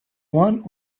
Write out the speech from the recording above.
one